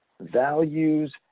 values